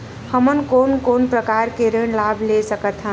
हमन कोन कोन प्रकार के ऋण लाभ ले सकत हन?